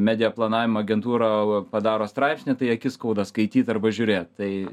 media planavimo agentūra padaro straipsnį tai akis skauda skaityt arba žiūrėt tai